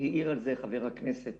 העיר על זה חבר הכנסת